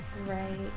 Right